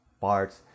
parts